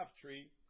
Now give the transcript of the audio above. tree